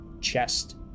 chest